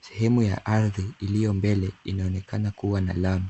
Sehemu ya ardhi iliyo mbele inayoonekana kuwa na lami.